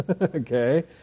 Okay